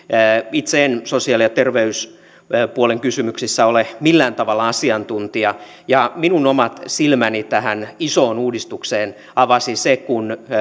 itse en sosiaali ja terveyspuolen kysymyksissä ole millään tavalla asiantuntija ja minun omat silmäni tähän isoon uudistukseen avasi se kun